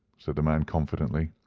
said the man confidently.